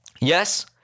Yes